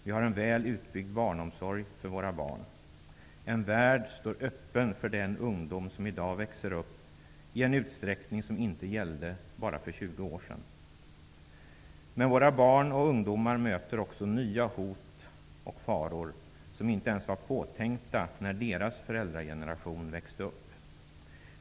Vi har en väl utbyggd omsorg för våra barn. Världen står öppen för den ungdom som i dag växer upp -- i en utsträckning som inte gällde för bara 20 år sedan. Men våra barn och ungdomar möter också nya hot och faror, som inte ens var påtänkta när deras föräldrageneration växte upp.